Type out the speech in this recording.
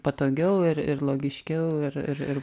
patogiau ir ir logiškiau ir ir